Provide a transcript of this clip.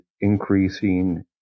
increasing